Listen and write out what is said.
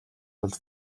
тулд